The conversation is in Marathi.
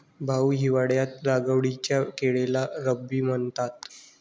भाऊ, हिवाळ्यात लागवडीच्या वेळेला रब्बी म्हणतात